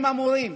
והם אמורים